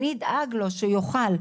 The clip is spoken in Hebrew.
אני אדאג לו שיאכל.